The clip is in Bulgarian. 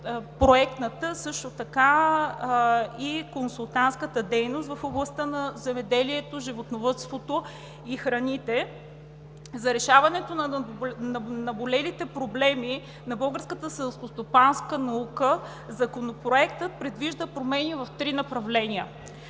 проектната, също така и консултантската дейност в областта на земеделието, животновъдството и храните. За решаването на наболелите проблеми на българската селскостопанска наука Законопроектът предвижда промени в три направления.